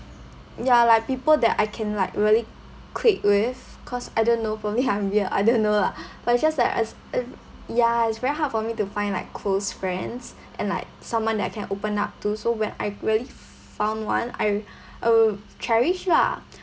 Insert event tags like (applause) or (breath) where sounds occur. ya like people that I can like really click with cause I don't know probably I'm weird I don't know lah (breath) but it's just like as I'm ya it's very hard for me to find like close friends and like someone that can open up to so when I really found one I'll I will cherish lah